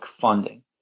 funding